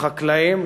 לחקלאים,